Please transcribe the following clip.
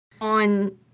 on